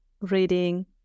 reading